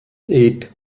eight